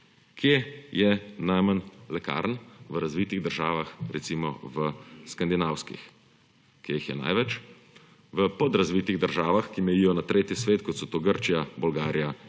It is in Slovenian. Kje je najmanj lekarn? V razvitih državah, recimo v skandinavskih. Kje jih je največ? V podrazvitih državah, ki mejijo na tretji svet, kot so to Grčija, Bolgarija in podobno.